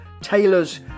tailor's